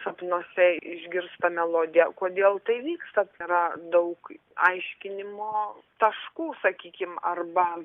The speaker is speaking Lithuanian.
sapnuose išgirsta melodiją kodėl tai vyksta tai yra daug aiškinimo taškų sakykim arba